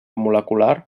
molecular